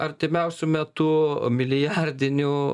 artimiausiu metu milijardinių